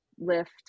lift